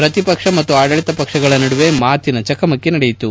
ಪ್ರತಿಪಕ್ಷ ಮತ್ತು ಆಡಳಿತ ಪಕ್ಷಗಳ ನಡುವೆ ಮಾತಿನ ಚಕಮಕಿ ನಡೆಯಿತು